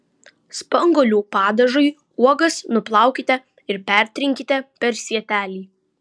spanguolių padažui uogas nuplaukite ir pertrinkite per sietelį